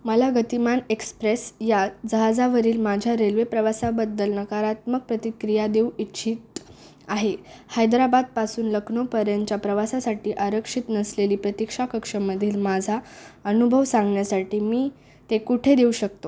मला गतिमान एक्सप्रेस या जहाजावरील माझ्या रेल्वे प्रवासाबद्दल नकारात्मक प्रतिक्रिया देऊ इच्छित आहे हैद्राबाद पासून लखनौ पर्यंतच्या प्रवासासाठी आरक्षित नसलेली प्रतीक्षा कक्षामधील माझा अनुभव सांगण्यासाठी मी ते कुठे देऊ शकतो